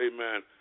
amen